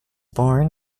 born